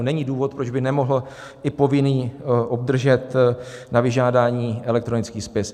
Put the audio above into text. Není důvod, proč by nemohl i povinný obdržet na vyžádání elektronický spis.